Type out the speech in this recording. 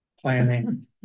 planning